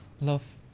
love